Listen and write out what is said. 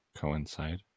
Coincide